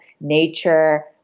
nature